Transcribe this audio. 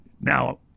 Now